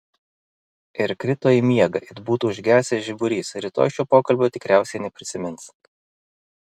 ir krito į miegą it būtų užgesęs žiburys rytoj šio pokalbio tikriausiai neprisimins